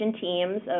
teams